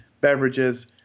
beverages